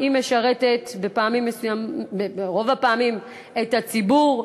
היא משרתת ברוב הפעמים את הציבור,